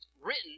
written